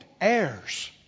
heirs